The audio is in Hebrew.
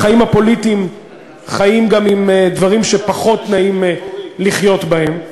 בחיים הפוליטיים חיים גם עם דברים שפחות נעים לחיות בהם.